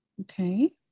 Okay